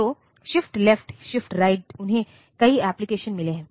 तो shift left shift राइटRight उन्हें कई एप्लिकेशन मिले हैं